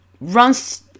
runs